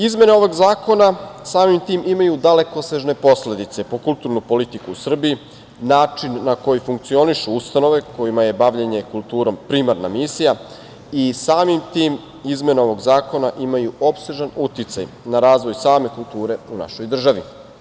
Izmene ovog zakona, samim tim, imaju dalekosežne posledice po kulturnu politiku u Srbiji, način na koji funkcionišu ustanove kojima je bavljenje kulturom primarna misija i samim tim izmene ovog zakona imaju opsežan uticaj na razvoj same kulture u našoj državi.